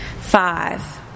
Five